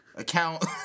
Account